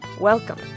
Welcome